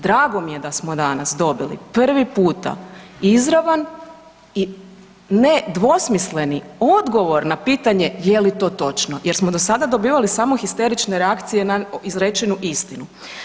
Drago mi je da smo danas dobili prvi puta izravan i nedvosmisleni odgovor na pitanje je li to točno jer smo do sada dobivali samo histerične reakcije na izrečenu istinu.